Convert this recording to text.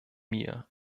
mir